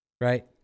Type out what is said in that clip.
Right